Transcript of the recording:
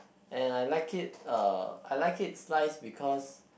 and I like it uh I like it sliced because